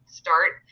start